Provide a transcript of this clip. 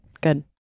good